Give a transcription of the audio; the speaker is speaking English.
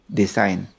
design